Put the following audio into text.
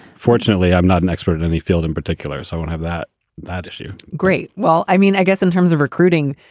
fortunately, i'm not an expert in any field in particular. so and have that that issue great. well, i mean, i guess in terms of recruiting,